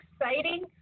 exciting